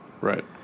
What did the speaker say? Right